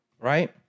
Right